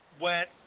Went